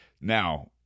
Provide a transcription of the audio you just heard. Now